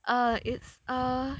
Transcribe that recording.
err it's err